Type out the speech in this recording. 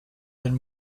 den